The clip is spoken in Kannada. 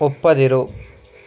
ಒಪ್ಪದಿರು